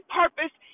purpose